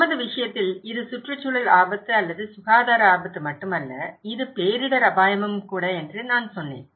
நமது விஷயத்தில் இது சுற்றுச்சூழல் ஆபத்து அல்லது சுகாதார ஆபத்து மட்டுமல்ல இது பேரிடர் அபாயமும் கூட என்று நான் சொன்னேன்